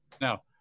Now